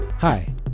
Hi